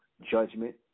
judgment